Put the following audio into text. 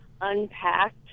unpacked